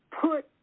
put